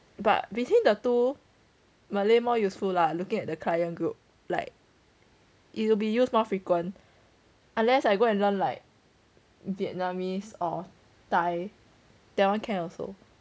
but between the two malay more useful lah looking at the client group like it'll be used more frequent unless I go and learn like vietnamese or thai that [one] can also